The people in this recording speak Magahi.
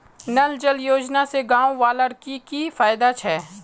नल जल योजना से गाँव वालार की की फायदा छे?